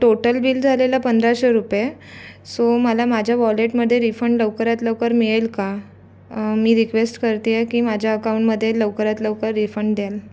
total bill झालेलं पंधराशे रुपये सो मला माझ्या वॉलेटमध्ये रिफंड लवकरात लवकर मिळेल का मी रिक्वेस्ट करती आहे की माझ्या अकाउंटमध्ये लवकरात लवकर रिफंड द्याल